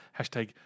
Hashtag